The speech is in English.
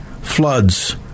floods